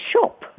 shop